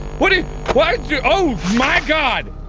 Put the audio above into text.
what do why oh my god!